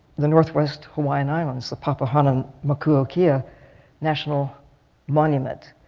the northwest hawaiian islands, the ppapohana kokukea national monument,